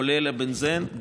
כולל הבנזן,